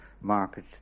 market